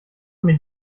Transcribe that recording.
mir